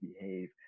behave